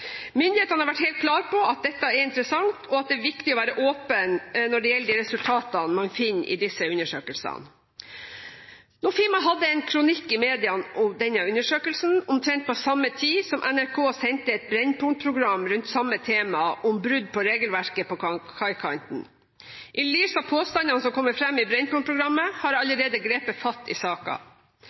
Myndighetene har vært helt klare på at dette er interessant, og at det er viktig å være åpne når det gjelder de resultatene man finner i disse undersøkelsene. Nofima hadde en kronikk i mediene om denne undersøkelsen omtrent på samme tid som NRK sendte et Brennpunkt-program rundt samme tema, om brudd på regelverket på kaikanten. I lys av påstandene som kommer fram i Brennpunkt-programmet, har jeg allerede grepet fatt i